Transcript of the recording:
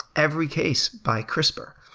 every case by crispr.